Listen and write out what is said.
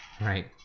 right